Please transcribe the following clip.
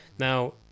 Now